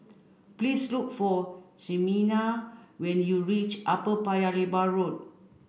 please look for Ximena when you reach Upper Paya Lebar Road